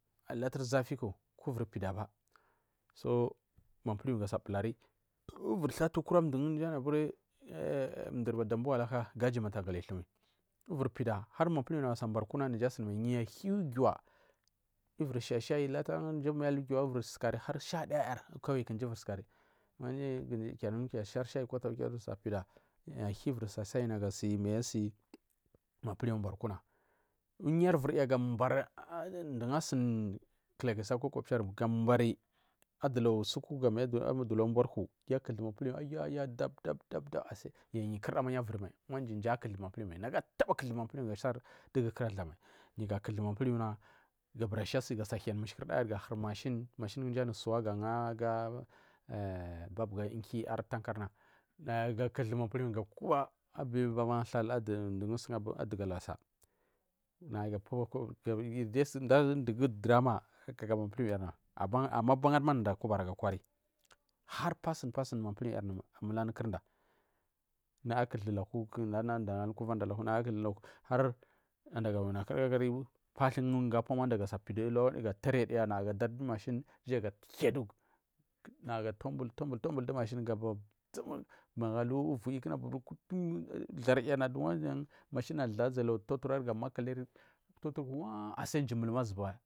Latun zati ku mapilwu gasa bulari ivir thatu ukura mji damboa laka goji ivir pida har manpihnu gasa barku yu ahia uguwa ɛvir sah sɦai wir sukari har sɦai kwatagu knu azawapida ma yu asɦili manpihou abari kuna umir vu yar gabari aɗu lagu suku mji akuthu aya aya yu kurdama yu avir mai mɗu a tabari kuthu manpillvu dugu kurathai mai manpilwuna gabura sha ashile gasa hian mishi kurdayar mashin dunda anu swaga nayaga kuthu manpihou ga winakur abubaga thal aba lagu du lassa naga mulisu dugu drama ka manpilnu yarda ama aban ari naja a kuɓari aga ku ari har passing passing du manpilwu ga miliya du ku yarda nafa a kutha laku nada awi lakuku pathuga sa pida ulagu nayagasa daja du mashi nayasa sa tambul tambul du mashin magu ulu du viyu ku da mashin barya na dugura mashin zla ga makaliri woo asai mjir mulmu jangu azuba.